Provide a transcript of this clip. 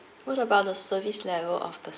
what about the service level of the